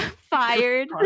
Fired